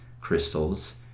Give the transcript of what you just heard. crystals